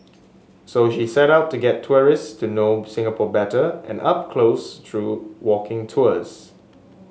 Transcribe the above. so she set out to get tourists to know Singapore better and up close through walking tours